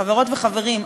חברות וחברים,